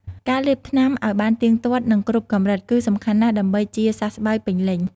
ការលេបថ្នាំឱ្យបានទៀងទាត់ និងគ្រប់កម្រិត គឺសំខាន់ណាស់ដើម្បីជាសះស្បើយពេញលេញ។